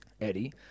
Eddie